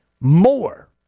more